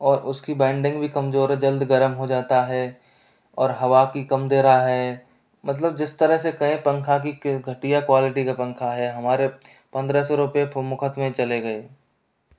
और उसकी बैंडिंग भी कमजोर है जल्द गर्म हो जाता है और हवा की कम दे रहा है मतलब जिस तरह से कहें पंखा की घटिया क्वालिटी का पंखा है हमारे पंद्रह सौ रूपए मुफ़्त में चले गए